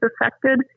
affected